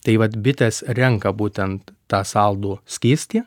tai vat bitės renka būtent tą saldų skystį